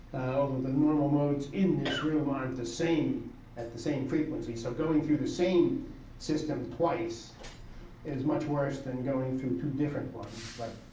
the normal modes in this room aren't the same at the same frequency. so going through the same system twice is much worse than going through two different ones, but